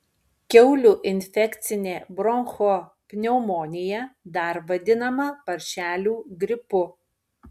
kiaulių infekcinė bronchopneumonija dar vadinama paršelių gripu